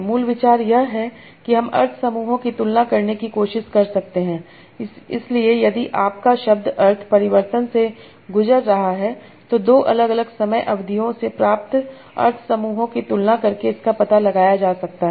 मूल विचार यह है कि हम अर्थ समूहों की तुलना करने की कोशिश कर सकते हैं इसलिए यदि आपका शब्द अर्थ परिवर्तन से गुजर रहा है तो दो अलग अलग समय अवधियों से प्राप्त अर्थ समूहों की तुलना करके इसका पता लगाया जा सकता है